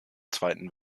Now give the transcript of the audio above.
zweiten